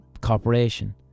corporation